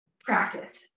practice